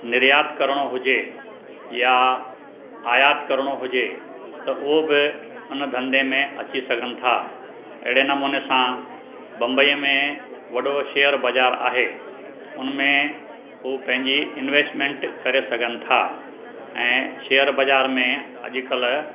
निरियात करिणो हुजे या आयात करणो हुजे त उहो बि उन धंधे में अची सघनि था एड़े नमूने सां बंबई में वॾो शेयर बाज़ार आहे उनमें उहो पंहिंजी इंवेस्टमेंट करे सघनि था ऐं शेयर बाज़ार में अॼुकल्ह